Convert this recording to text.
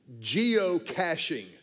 geocaching